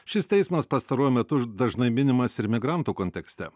šis teismas pastaruoju metu dažnai minimas ir migrantų kontekste